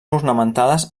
ornamentades